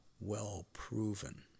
well-proven